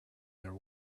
their